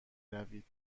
روید